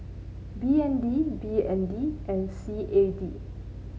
B N D B N D and C A D